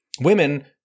Women